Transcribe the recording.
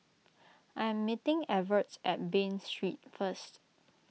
I am meeting Evert at Bain Street first